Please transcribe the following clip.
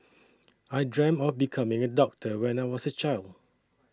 I dreamt of becoming a doctor when I was a child